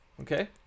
Okay